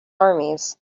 armies